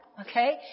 okay